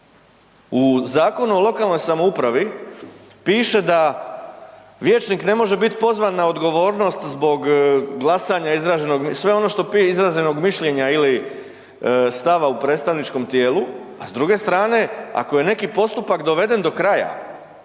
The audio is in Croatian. U Zakonu o lokalnoj samoupravi piše da vijećnik ne može biti pozvan na odgovornost zbog glasanja izraženog, sve ono što .../nerazumljivo/... izraženog mišljenja ili stava u predstavničkom tijelu, a s druge strane, ako je neki postupak doveden do kraja